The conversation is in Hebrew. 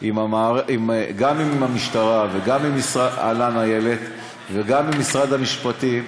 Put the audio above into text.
גם עם המשטרה, אהלן, איילת, וגם עם משרד המשפטים,